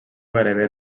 gairebé